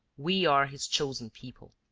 we are his chosen people